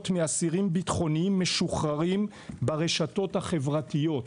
מאסירים ביטחוניים משוחררים ברשתות החברתיות.